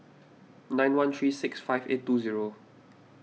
nine one three six five eight two zero